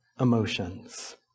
emotions